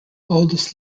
oldest